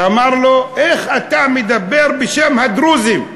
ואמר לו: איך אתה מדבר בשם הדרוזים?